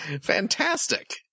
fantastic